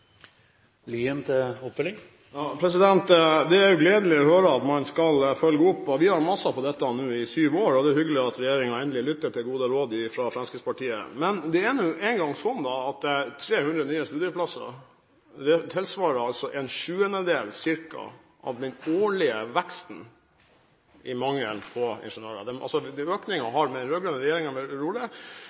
Det er gledelig å høre at man skal følge opp, Vi har mast på dette i sju år, og det er hyggelig at regjeringen endelig lytter til gode råd fra Fremskrittspartiet. Men det er nå engang sånn at 300 nye studieplasser tilsvarer ca. en sjuendedel av den årlige veksten i mangelen på ingeniører. Med den rød-grønne regjeringen ved roret har mangelen på ingeniører økt med